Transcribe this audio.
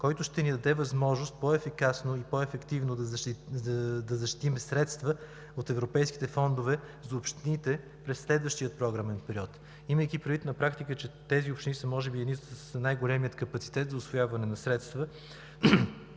който ще ни даде възможност по-ефикасно и по-ефективно да защитим средства от европейските фондове за общините през следващия програмен период. Имайки предвид на практика, че тези общини са може би с най-големия капацитет за усвояване на средства,